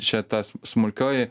čia ta smulkioji